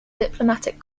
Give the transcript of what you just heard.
diplomatic